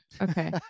Okay